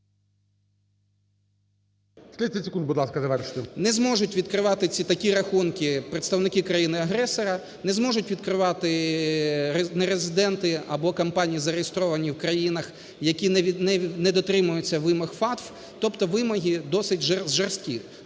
Не зможуть відкривати такі рахунки представники країни-агресора, не зможуть відкривати нерезиденти або компанії, зареєстровані в країнах, які не дотримуються вимог FATF, тобто вимоги досить жорсткі.